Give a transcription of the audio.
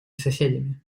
соседями